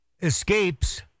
escapes